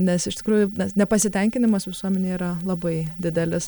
nes iš tikrųjų nes nepasitenkinimas visuomenėj yra labai didelis